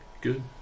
Good